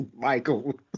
Michael